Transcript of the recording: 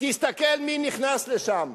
תסתכל מי נכנס לשם,